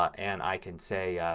ah and i can say,